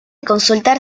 consultar